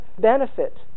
benefit